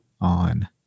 on